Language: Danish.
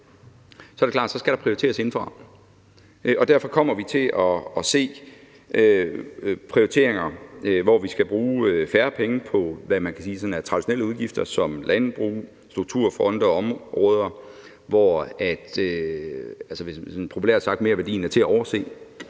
er det klart, at der skal prioriteres inden for rammerne. Derfor kommer vi til at se prioriteringer, hvor vi skal bruge færre penge på, hvad man kan sige er sådan traditionelle udgifter som landbrug, strukturfonde og områder, hvor merværdien populært sagt er